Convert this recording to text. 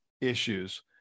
issues